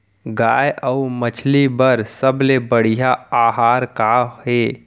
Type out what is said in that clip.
गाय अऊ मछली बर सबले बढ़िया आहार का हे?